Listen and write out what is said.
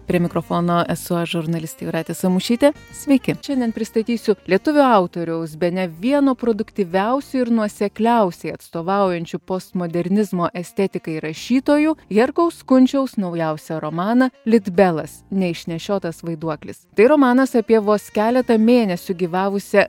prie mikrofono esu žurnalistė jūratė samušytė sveiki šiandien pristatysiu lietuvių autoriaus bene vieno produktyviausių ir nuosekliausiai atstovaujančių postmodernizmo estetikai rašytojų herkaus kunčiaus naujausią romaną litbelas neišnešiotas vaiduoklis tai romanas apie vos keletą mėnesių gyvavusią